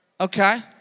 Okay